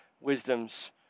wisdom's